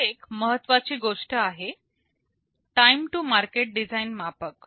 इथे एक महत्त्वाची गोष्ट आहे टाईम टू मार्केट डिझाईन मापक